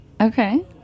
Okay